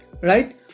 right